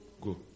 go